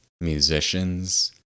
musicians